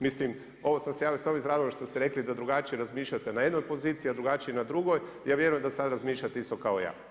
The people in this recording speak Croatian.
Mislim, ovo sam se ja samo izrazio što ste rekli da drugačije razmišljate na jednoj poziciji a drugačije na drugoj, ja vjerujem da sad razmišljate isto kao i ja.